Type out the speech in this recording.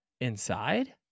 inside